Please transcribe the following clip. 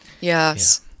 Yes